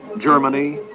germany,